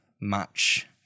match